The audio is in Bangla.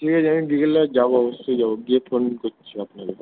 ঠিক আছে আমি বিকেলবেলা যাব অবশ্যই যাব গিয়ে ফোন করছি আপনাকে